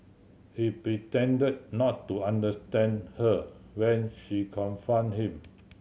he pretended not to understand her when she confronted him